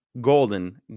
Golden